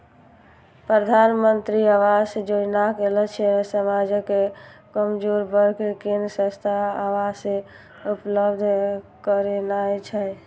प्रधानमंत्री आवास योजनाक लक्ष्य समाजक कमजोर वर्ग कें सस्ता आवास उपलब्ध करेनाय छै